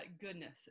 goodness